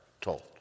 told